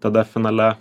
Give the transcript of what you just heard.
tada finale